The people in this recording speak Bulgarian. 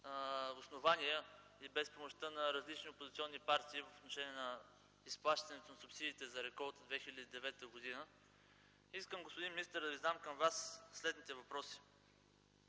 основания и без помощта на различни опозиционни партии по отношение на изплащането на субсидиите за реколта 2009 г., господин министър, искам да Ви задам следните въпроси: